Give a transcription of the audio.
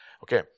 Okay